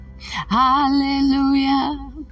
Hallelujah